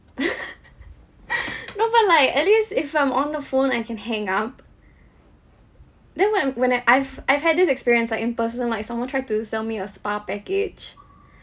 no but like at least if I'm on the phone I can hang up then when when I I've I've had this experience like in person like someone tried to sell me a spa package